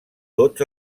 tots